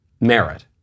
merit